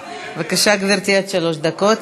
בבקשה, גברתי, עד שלוש דקות.